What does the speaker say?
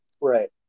right